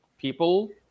people